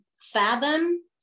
fathom